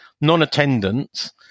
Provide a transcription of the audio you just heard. Non-attendance